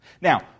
Now